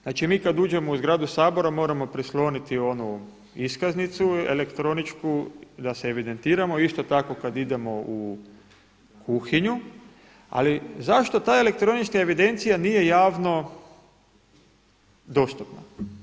Znači mi kada uđemo u zgradu Sabora moramo prisloniti onu iskaznicu elektroničku da se evidentiramo, isto tako kada idemo u kuhinju ali zašto ta elektronička evidencija nije javno dostupna?